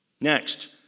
Next